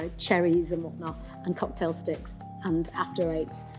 ah cherries and whatnot and cocktail sticks and after eights.